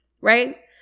right